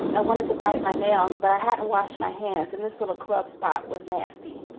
i wanted to bite my nails, but i hadn't washed my hands in. this little club spot was nasty.